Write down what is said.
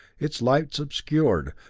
its lights obscured,